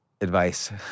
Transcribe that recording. advice